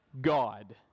God